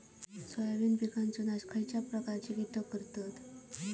Soybean पिकांचो नाश खयच्या प्रकारचे कीटक करतत?